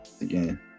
again